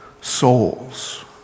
souls